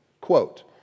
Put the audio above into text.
Quote